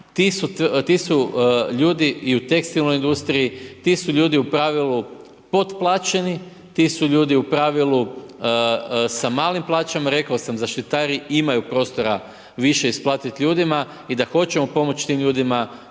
ti su ljudi i u tekstilnoj industriji, ti su ljudi u pravilu potplaćeni, ti su ljudi u pravilu sa malim plaćama, rekao sam, zaštitari imaju prostora više isplatiti ljudima i da hoćemo pomoći tim ljudima,